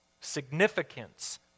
significance